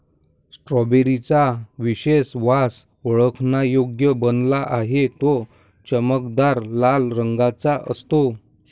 strawberry चा विशेष वास ओळखण्यायोग्य बनला आहे, तो चमकदार लाल रंगाचा असतो